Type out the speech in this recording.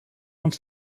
uns